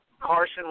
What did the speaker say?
Carson